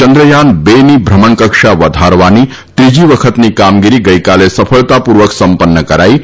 ચંદ્રથાન બે ની ભ્રમણકક્ષા વધારવાની ત્રીજી વખતની કામગીરી ગઇકાલે સફળતાપૂર્વક સંપન્ન કરાઇ છે